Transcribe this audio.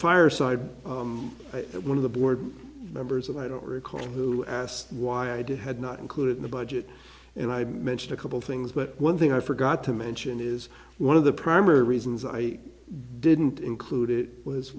fireside that one of the board members and i don't recall who asked why i did had not included in the budget and i mentioned a couple things but one thing i forgot to mention is one of the primary reasons i didn't include it was